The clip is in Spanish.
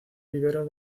vivero